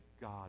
God